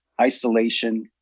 isolation